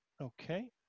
Okay